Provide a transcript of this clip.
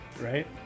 right